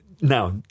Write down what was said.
now